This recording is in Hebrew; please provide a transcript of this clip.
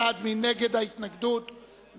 אני עובר להצעת חוק לתיקון פקודת התעבורה (מס' 86),